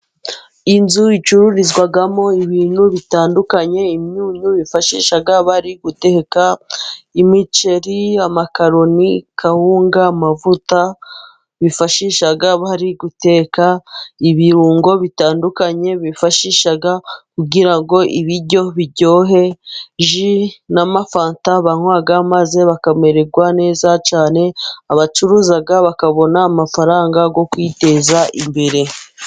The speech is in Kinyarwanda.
Inzu icururizwamo ibintu bitandukanye imyunyu bifashishag bariteka imiceri, amakaroni, kawunga amavuta bifashishaga bari guteka ibirungo bitandukanye , bifashishaga kugira ngo ibiryo biryohe na mafanta banywaga maze bakamererwa neza cyane abacuruzaga bakabona amafaranga yo kwiteza imbere.